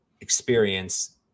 experience